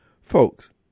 Folks